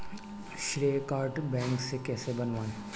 श्रेय card bank से कैसे बनवाएं?